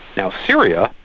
now syria,